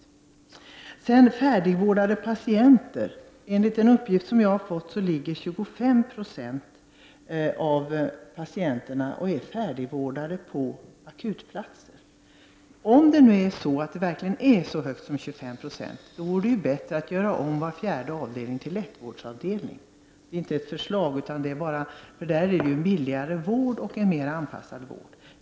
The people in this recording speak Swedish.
Så till frågan om färdigvårdade patienter. Enligt en uppgift som jag har fått ligger 25 26 av patienterna som är färdigvårdade på akutplatser. Om det verkligen är så många som 25 96 vore det ju bättre att göra om var fjärde avdelning till lättvårdsavdelning, för där är det ju en billigare vård och en mer anpassad vård. Det är inte något förslag.